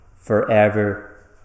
forever